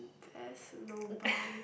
best lobang